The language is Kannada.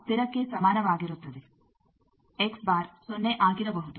ಸ್ಥಿರಕ್ಕೆ ಸಮಾನವಾಗಿರುತ್ತದೆ ಸೊನ್ನೆ ಆಗಿರಬಹುದು